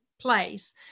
place